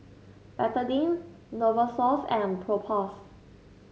Betadine Novosource and Propass